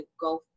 go